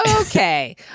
Okay